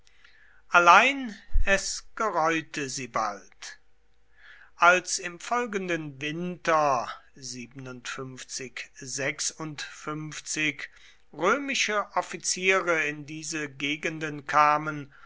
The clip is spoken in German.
allein es gereute sie bald als im folgenden winter römische offiziere in diese gegenden kamen